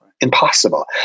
Impossible